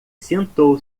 sentou